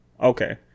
okay